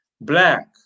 black